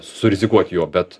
surizikuot juo bet